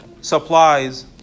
supplies